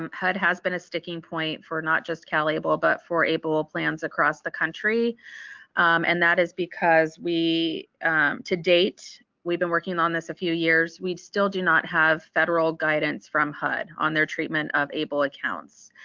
um hud has been a sticking point for not just calable but for able ah plans across the country and that is because we to date we've been working on this a few years we still do not have federal guidance from hud on their treatment of able accounts.